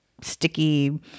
sticky